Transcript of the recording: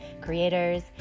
creators